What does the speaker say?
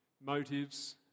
motives